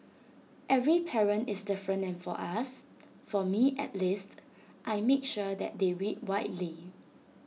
every parent is different and for us for me at least I make sure that they read widely